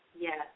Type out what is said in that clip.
Yes